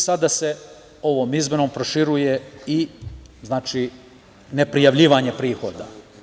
Sada se ovom izmenom proširuje i ne prijavljivanje prihoda.